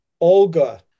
Olga